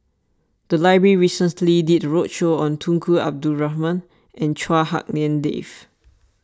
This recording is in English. the library recently did a roadshow on Tunku Abdul Rahman and Chua Hak Lien Dave